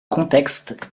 contexte